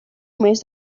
més